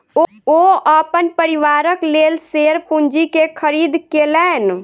ओ अपन परिवारक लेल शेयर पूंजी के खरीद केलैन